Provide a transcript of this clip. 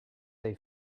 they